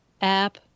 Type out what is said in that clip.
app